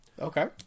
Okay